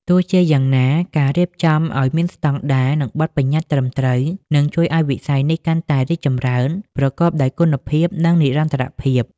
ទោះជាយ៉ាងណា ការរៀបចំឲ្យមានស្តង់ដារ និងបទប្បញ្ញត្តិត្រឹមត្រូវ នឹងជួយឲ្យវិស័យនេះកាន់តែរីកចម្រើនប្រកបដោយគុណភាព និងនិរន្តរភាព។